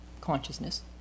consciousness